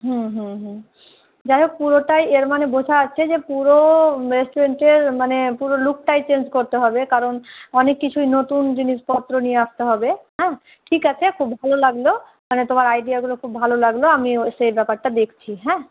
হুঁ হুঁ হুঁ যাই হোক পুরোটাই এর মানে বোঝা যাচ্ছে যে পুরো রেস্টুরেন্টের মানে পুরো লুকটাই চেঞ্জ করতে হবে কারণ অনেক কিছুই নতুন জিনিসপত্র নিয়ে আসতে হবে হ্যাঁ ঠিক আছে খুব ভালো লাগলো মানে তোমার আইডিয়াগুলো খুব ভালো লাগলো আমিও সেই ব্যাপারটা দেখছি হ্যাঁ